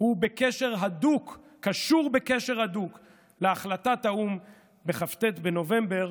קשורים בקשר הדוק להחלטת האו"ם בכ"ט בנובמבר,